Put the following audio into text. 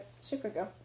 Supergirl